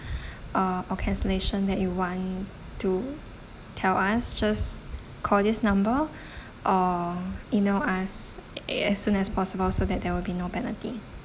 uh or cancellation that you want to tell us just call this number or email us a~ as soon as possible so that there will be no penalty